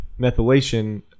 methylation